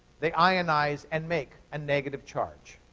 they ionize and make a negative charge.